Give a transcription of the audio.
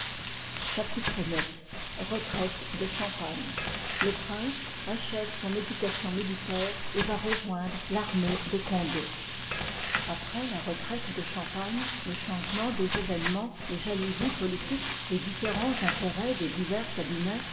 chapitre ix retraite de champagne le prince achevé son éducation militaire et va rejoindre varmée de conde après la retraite de champagne le changement des événemens les jalousies politiques les différens intérêts des divei's cabinets